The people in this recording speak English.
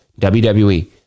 WWE